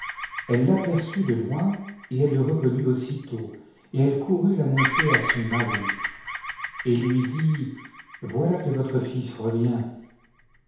elle l'aperçut de loin et elle le reconnut aussitôt et elle courut l'annoncer à son mari et lui dit voilà que votre fils revient